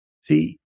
See